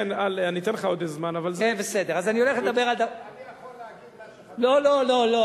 אני אתן לך עוד זמן אבל, אני יכול להגיד כל מה